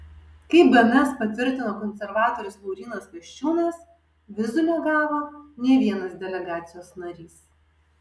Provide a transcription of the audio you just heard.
kaip bns patvirtino konservatorius laurynas kasčiūnas vizų negavo nė vienas delegacijos narys